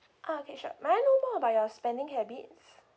ah okay sure may I know more about your spending habits